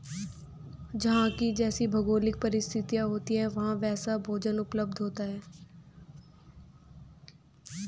जहां की जैसी भौगोलिक परिस्थिति होती है वहां वैसा भोजन उपलब्ध होता है